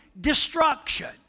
destruction